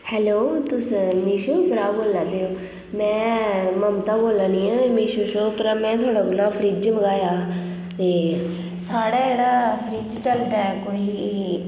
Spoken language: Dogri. हैलो तुस मीशो उप्परा बोला दे ओह् मैं ममता बोलै नी आं मै मीशो उप्परा तुं'दे कोला फ्रिज मंगवाया हा ते साढ़ा जेह्ड़ा फ्रिज चलदा कोई